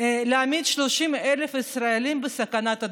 להעמיד 30,000 ישראלים בסכנת הדבקה?